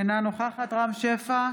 אינה נוכחת רם שפע,